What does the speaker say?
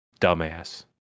dumbass